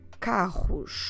carros